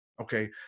Okay